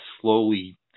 slowly